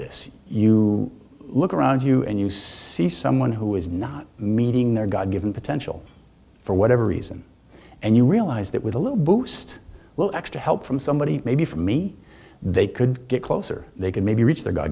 this you look around you and use see someone who is not meeting their god given potential for whatever reason and you realize that with a little boost well extra help from somebody maybe for me they could get closer they could maybe